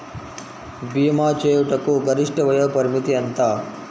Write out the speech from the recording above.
భీమా చేయుటకు గరిష్ట వయోపరిమితి ఎంత?